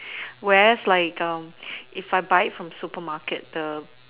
whereas like if I buy from supermarket the